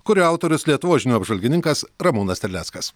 kurio autorius lietuvos žinių apžvalgininkas ramūnas terleckas